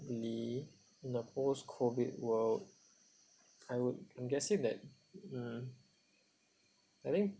me in post COVID world I would I'm guessing that mm I think